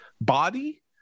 body